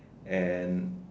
and